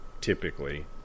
typically